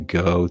go